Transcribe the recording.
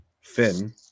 Finn